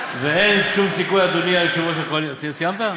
אין שום סיכוי, אדוני יושב-ראש הקואליציה, סיימת?